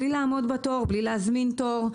בלי לעמוד בתור ובלי להזמין תור.